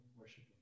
worshiping